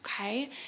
Okay